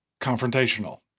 confrontational